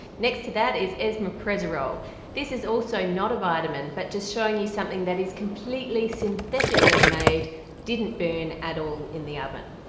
next to that is esmaprezarol this is also not a vitamin but just showing you something that is completely synthetically made didn't burn at all in the oven.